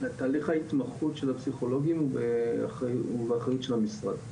תהליך ההתמחות של הפסיכולוגים הוא באחריות המשרד,